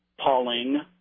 Pauling